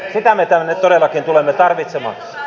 sitä me tänne todellakin tulemme tarvitsemaan